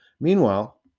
meanwhile